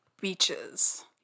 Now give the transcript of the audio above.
beaches